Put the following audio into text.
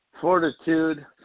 fortitude